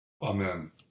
Amen